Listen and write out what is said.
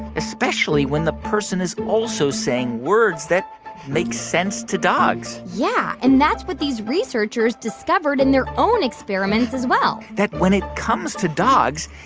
especially when the person is also saying words that make sense to dogs yeah. and that's what these researchers discovered in their own experiments, as well that when it comes to dogs,